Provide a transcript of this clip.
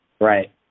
right